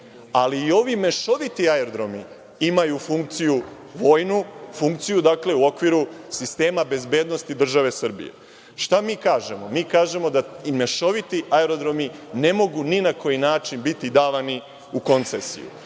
ali i ovi mešoviti aerodromi imaju funkciju vojnu, dakle, funkciju u okviru sistema bezbednosti države Srbije. Šta mi kažemo? Mi kažemo da i mešoviti aerodromi ne mogu ni na koji način biti davani u koncesiju